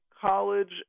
college